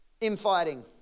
infighting